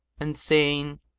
and saying,